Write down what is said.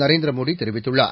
நரேந்திர மோடி தெரிவித்துள்ளார்